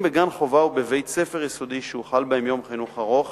בגן חובה ובבית-ספר יסודי שהוחל בהם יום חינוך ארוך